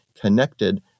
connected